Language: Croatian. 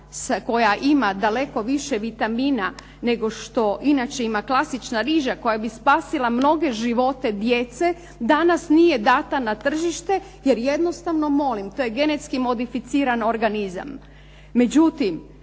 koja ima daleko više vitamina nego što inače ima klasična riža koja bi spasila mnoge živote djece danas nije dana na tržište jer jednostavno molim, to je genetski modificiran organizam. Međutim,